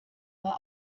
war